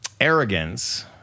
arrogance